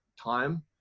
time